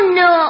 no